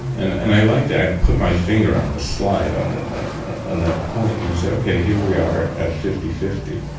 and and i like to, i put my finger on the slide on on that point and i say, ok, here we are at fifty-fifty.